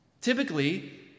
Typically